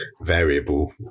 variable